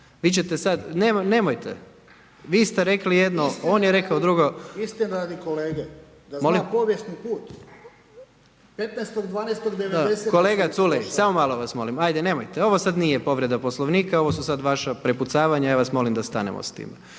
vi ćete sad, nemojte, vi ste rekli jedno, on je rekao drugo. …/Upadica se ne čuje./… Molim? …/Upadica Culej: Da zna povijesni put./… Kolega Culej, samo malo vas molim, ajde nemojte, ovo sada nije povreda Poslovnika, ovo su sada vaša prepucavanja, ja vas molim da stanemo s time.